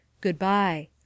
Goodbye